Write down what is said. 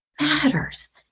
matters